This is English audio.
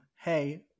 hey